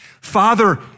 Father